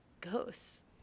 ghosts